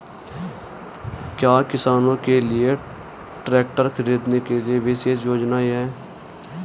क्या किसानों के लिए ट्रैक्टर खरीदने के लिए विशेष योजनाएं हैं?